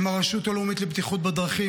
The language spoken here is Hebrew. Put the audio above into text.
עם הרשות הלאומית לבטיחות בדרכים,